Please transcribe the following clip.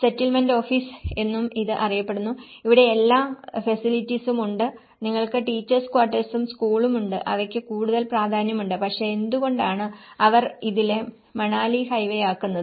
settlement office എന്നും ഇത് അറിയപ്പെടുന്നു ഇവിടെ എല്ലാ ഫസിലിറ്റീസും ഉണ്ട് നിങ്ങൾക്ക് ടീച്ചേഴ്സ് ക്വാർട്ടേഴ്സും സ്കൂളും ഉണ്ട് അവയ്ക്ക് കൂടുതൽ പ്രാധാന്യമുണ്ട് പക്ഷേ എന്തുകൊണ്ടാണ് അവർ ഇത് ലേ മണാലി ഹൈവേയാക്കുന്നത്